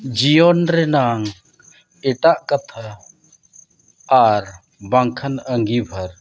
ᱡᱤᱭᱚᱱ ᱨᱮᱱᱟᱝ ᱮᱴᱟᱜ ᱠᱟᱛᱷᱟ ᱟᱨ ᱵᱟᱝᱠᱷᱟᱱ ᱟᱸᱜᱤᱵᱷᱟᱨ